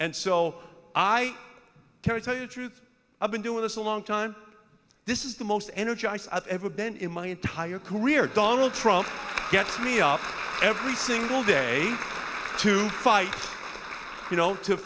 and so i can tell you the truth i've been doing this a long time this is the most energy ice at every bend in my entire career donald trump gets me up every single day to fight you know to